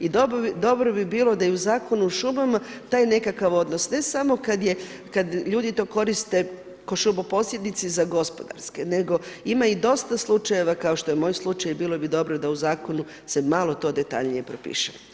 I dobro bi bilo da je i u Zakonu o šumama taj nekakav odnos, ne samo kad ljudi to koriste kao šumoposjednici za gospodarske, nego ima dosta slučajeva kao što je moj slučaj i bilo bi dobro da se u zakonu malo to detaljnije propiše.